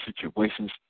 situations